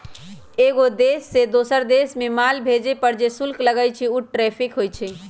एगो देश से दोसर देश मे माल भेजे पर जे शुल्क लगई छई उ टैरिफ होई छई